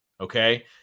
Okay